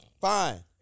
fine